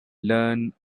learn